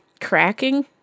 cracking